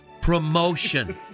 promotion